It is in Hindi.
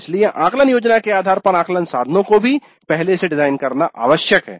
इसलिए आकलन योजना के आधार पर आकलन साधनों को भी पहले से डिजाइन करना आवश्यक है